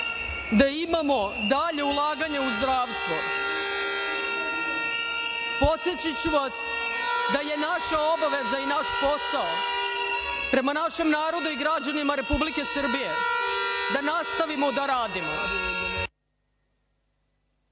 da imamo dalje ulaganje u zdravstvo. Podsetiću vas da je naša obaveza i naš posao prema našem narodu i građanima Republike Srbije da nastavimo da radimo.(Buka